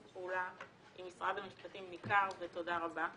פעולה עם משרד המשפטים ניכר ותודה רבה.